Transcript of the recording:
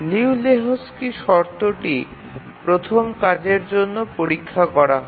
Liu লেহোকস্কির শর্তটি প্রথম কাজের জন্য পরীক্ষা করা হয়